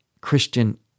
Christian